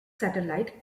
satellite